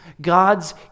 God's